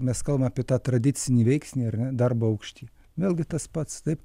mes kalbam apie tą tradicinį veiksnį ar ne darbo aukštį vėlgi tas pats taip